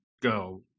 go